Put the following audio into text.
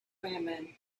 women